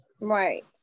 right